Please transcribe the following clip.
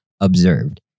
observed